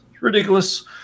Ridiculous